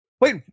Wait